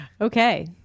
Okay